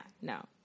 No